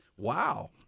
Wow